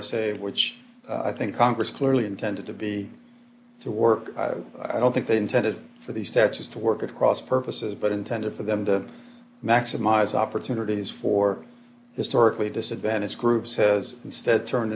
a which i think congress clearly intended to be to work i don't think they intended for these taxes to work at cross purposes but intended for them to maximize opportunities for historically disadvantaged groups has instead turned